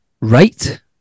Right